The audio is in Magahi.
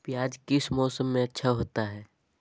प्याज किस मौसम में अच्छा होता है?